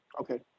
okay